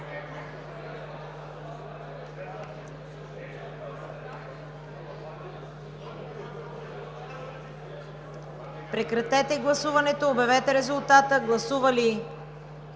Прекратете гласуването и обявете резултата. Гласували